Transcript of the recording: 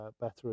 better